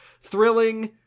thrilling